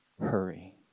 hurry